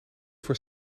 voor